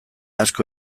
asko